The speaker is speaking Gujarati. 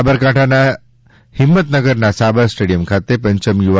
સાબરકાંઠાના હિંમતનગરના સાબર સ્ટેડિયમ ખાતે પંચમ યુવા